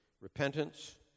repentance